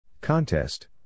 Contest